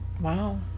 Wow